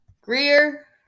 Greer